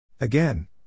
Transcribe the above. Again